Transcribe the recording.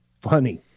funny